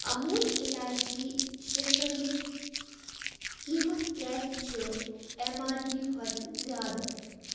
اموٗل اِلایچی شِرٛکھنٛڈٕک قیٖمَتھ کیٛازِ چھُ اٮ۪م آر پی کھۄتہٕ زیادٕ